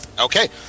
Okay